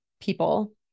people